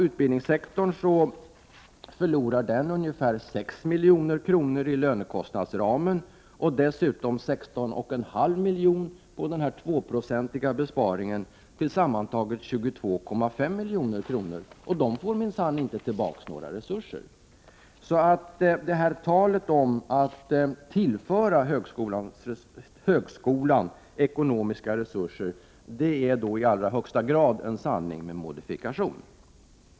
Utbildningssektorn förlorar ungefär 6 milj.kr. på lönekostnadsramen och dessutom 16,5 milj.kr. på den tvåprocentiga besparingen, eller tillsammantaget 22,5 milj.kr., och av detta får man inte tillbaka en enda krona. Talet om att tillföra högskolan ekonomiska resurser är således i allra högsta grad en sanning med modifikation.